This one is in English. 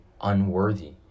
unworthy